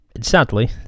sadly